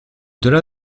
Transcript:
delà